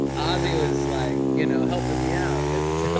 ozzie was like you know helping me out. and so,